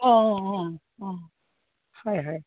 অঁ অঁ অঁ হয় হয়